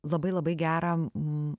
labai labai gerą